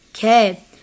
Okay